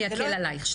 אני אקל עליך.